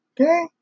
Okay